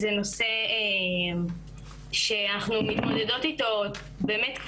זה נושא שאנחנו מתמודדות אתו באמת,